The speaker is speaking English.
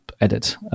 edit